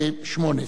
השמונה-עשרה.